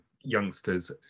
youngsters